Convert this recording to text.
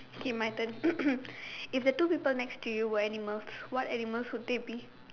K my turn if the two people next to you were animals what animals would they be